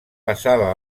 passava